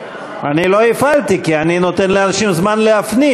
אני לא הפעלתי, כי אני נותן לאנשים להפנים.